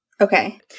Okay